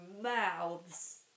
mouths